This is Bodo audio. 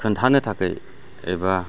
खिनथानो थाखाय एबा